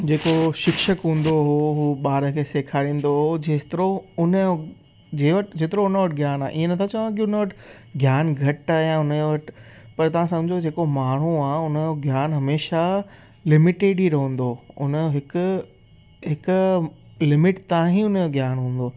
जेको शिक्षक हूंदो हुओ उहो ॿार खे सेखारिंदो हुओ जेतिरो उन जो जे वटि जेतिरो उन वटि ज्ञान आहे ईअं नथा चवां की उन वटि ज्ञान घटि आहे या उन जो वटि पर तव्हां सम्झो जेको माण्हू आहे उन जो ज्ञानु हमेशह लिमिटेड ई रहंदो उन जो हिकु हिकु लिमिट तव्हां ई उन खे ज्ञानु हूंदो